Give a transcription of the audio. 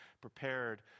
prepared